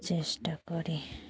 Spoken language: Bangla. চেষ্টা করি